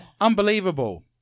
Unbelievable